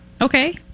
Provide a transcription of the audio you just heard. Okay